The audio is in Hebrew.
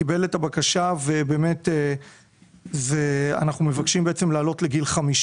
קיבל את הבקשה ואנחנו מבקשים להעלות לגיל 50